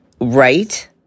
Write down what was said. Right